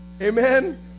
Amen